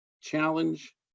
challenge